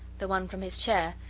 the one from his chair,